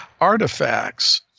artifacts